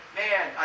man